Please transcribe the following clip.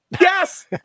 Yes